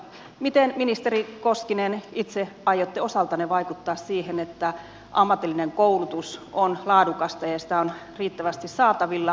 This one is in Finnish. miten ministeri koskenen itse aiotte osaltanne vaikuttaa siihen että ammatillinen koulutus on laadukasta ja sitä on riittävästi saatavilla